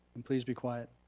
and please be quiet.